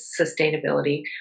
sustainability